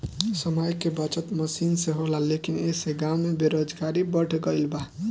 समय के बचत मसीन से होला लेकिन ऐसे गाँव में बेरोजगारी बढ़ गइल बा